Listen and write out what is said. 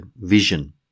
vision